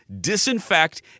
disinfect